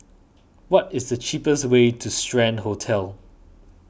what is the cheapest way to Strand Hotel